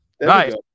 Nice